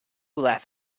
laugh